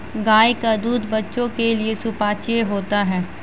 गाय का दूध बच्चों के लिए सुपाच्य होता है